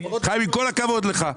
חיים, עם כל הכבוד לך.